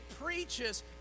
preaches